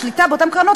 השליטה באותן קרנות,